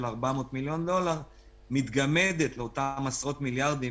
400 מיליון דולר מתגמדת לאותן עשרות מיליארדים